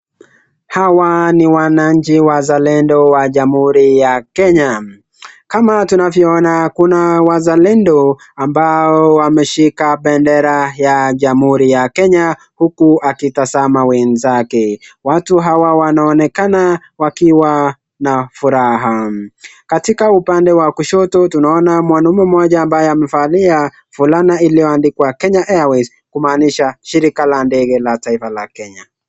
Hawa ni wananchi wazalendo wa Jamhuri ya Kenya. Kama tunavyoona kuna wazalendo ambao wameshika bendera ya Jamhuri ya Kenya huku akitazama wenzake. Watu hawa wanaonekana wakiwa na furaha. Katika upande wa kushoto tunaona mwanume mmoja ambaye amevalia fulana iliyoandikwa Kenya Airways kumaanisha shirika la ndege la taifa la Kenya.